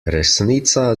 resnica